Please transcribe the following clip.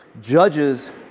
Judges